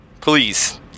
Please